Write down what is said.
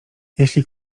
jeśli